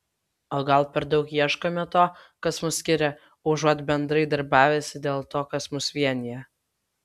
o gal per daug ieškome to kas mus skiria užuot bendrai darbavęsi dėl to kas mus vienija